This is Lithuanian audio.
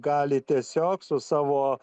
gali tiesiog su savo